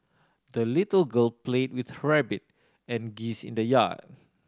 the little girl played with her rabbit and geese in the yard